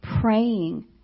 praying